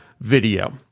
video